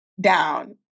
Down